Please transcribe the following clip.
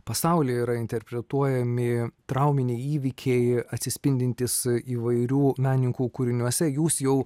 pasaulyje yra interpretuojami trauminiai įvykiai atsispindintys įvairių menininkų kūriniuose jūs jau